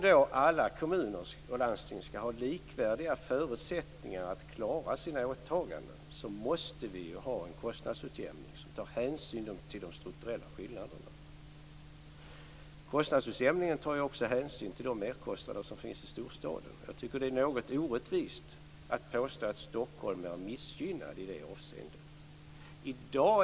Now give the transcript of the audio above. Om alla kommuner och landsting skall ha likvärdiga förutsättningar att klara sina åtaganden, måste vi ha en kostnadsutjämning som tar hänsyn till de strukturella skillnaderna. Kostnadsutjämningen tar ju också hänsyn till de merkostnader som finns i storstaden. Jag tycker att det är något orättvist att påstå att Stockholm är missgynnat i det avseendet.